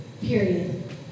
Period